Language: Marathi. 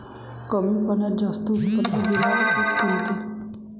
कमी पाण्यात जास्त उत्त्पन्न देणारे पीक कोणते?